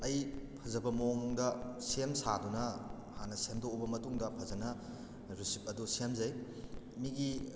ꯑꯩ ꯐꯖꯕ ꯃꯑꯣꯡꯗ ꯁꯦꯝ ꯁꯥꯗꯨꯅ ꯍꯥꯟꯅ ꯁꯦꯝꯗꯣꯛꯑꯕ ꯃꯇꯨꯡꯗ ꯐꯖꯅ ꯔꯤꯁꯤꯞ ꯑꯗꯣ ꯁꯦꯝꯖꯩ ꯃꯤꯒꯤ